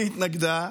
מי התנגדה?